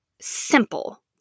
simple